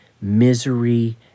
misery